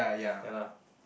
ya lah